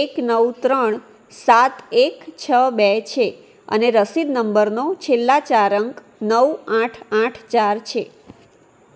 એક નવ ત્રણ સાત એક છ બે છે અને રસીદ નંબરનો છેલ્લાં ચાર અંક નવ આઠ આઠ ચાર છે